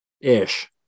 ish